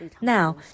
Now